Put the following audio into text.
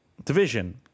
division